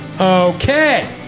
Okay